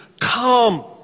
come